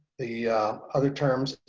the other terms,